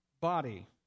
body